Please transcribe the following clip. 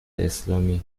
اسلامی